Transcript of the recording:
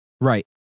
Right